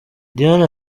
diane